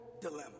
dilemma